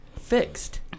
fixed